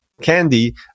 candy